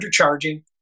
undercharging